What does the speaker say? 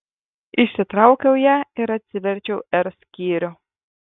išsitraukiau ją ir atsiverčiau r skyrių